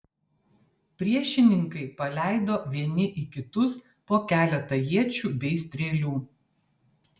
priešininkai paleido vieni į kitus po keletą iečių bei strėlių